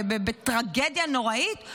בטרגדיה נוראית,